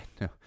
no